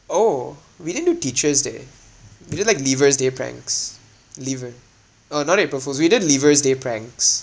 oh we didn't do teachers' day we did like leavers' day pranks leaver oh not april fool's we did leavers' day pranks